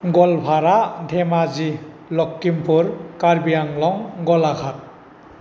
Goalpara Dhemaji Lakhimpur Karbi Anglong Golaghat